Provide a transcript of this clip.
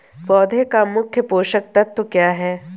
पौधे का मुख्य पोषक तत्व क्या हैं?